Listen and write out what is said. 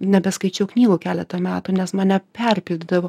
nebeskaičiau knygų keletą metų nes mane perpildydavo